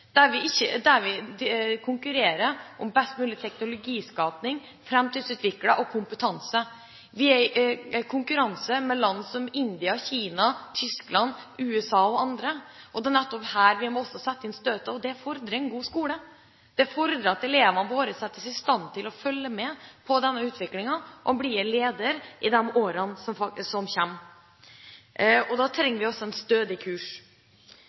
der vi konkurrerer om best mulig teknologi, framtidsutvikling og kompetanse. Vi er i konkurranse med land som India, Kina, Tyskland, USA og andre. Det er nettopp her vi må sette inn støtet, og det fordrer en god skole. Det fordrer at elevene våre settes i stand til å følge med i denne utviklingen – blir ledere i årene som kommer. Da trenger vi en stødig kurs, og vi trenger en god skole. Vi vet at mye av forutsetningen for en